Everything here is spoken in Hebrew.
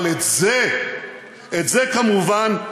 אבל את זה את זה, כמובן,